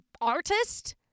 artist